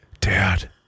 Dad